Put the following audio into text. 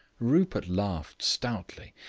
rupert laughed stoutly.